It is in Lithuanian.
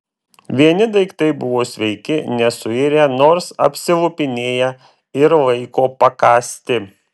vieni daiktai buvo sveiki nesuirę nors apsilupinėję ir laiko pakąsti